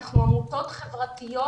אנחנו עמותות חברתיות,